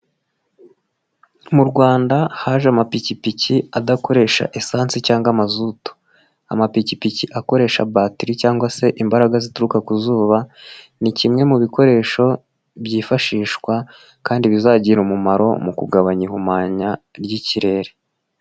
Mu Rwanda haje amapikipiki adakoresha esansi cyangwa amazutu, amapikipiki akoresha batiri cyangwa se imbaraga zituruka ku zuba, ni kimwe mu bikoresho byifashishwa kandi bizagirarira umumaro mu kugabanya ihumanya ry'ikirere.